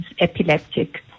epileptic